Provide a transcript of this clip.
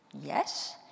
Yes